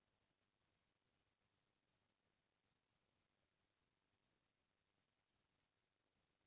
सहकारी बेंक कोती ले आज काल फसल बीमा घलौ होवथे